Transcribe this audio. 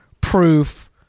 proof